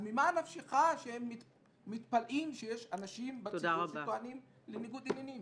ממה נפשך שהם מתפלאים שיש אנשים בציבור שטוענים לניגוד עניינים?